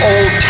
Old